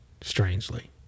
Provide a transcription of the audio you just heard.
strangely